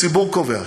הציבור קובע.